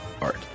art